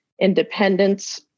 independence